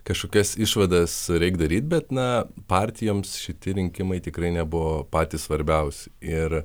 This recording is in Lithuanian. kažkokias išvadas reik daryti bet na partijoms šitie rinkimai tikrai nebuvo patys svarbiausi ir